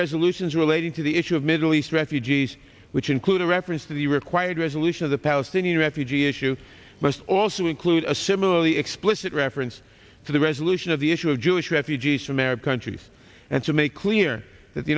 resolutions relating to the issue of release refugees which include a reference to the required resolution of the palestinian refugee issue must also include a similarly explicit reference to the resolution of the issue of jewish refugees from arab countries and to make clear that the